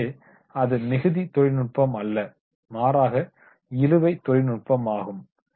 எனவே அது மிகுதி தொழில்நுட்பம் அல்ல மாறாக இழுவை தொழில்நுட்பமாகும்